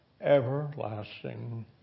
everlasting